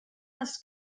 els